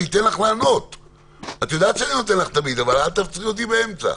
אם היינו עומדים כאן,